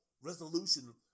resolution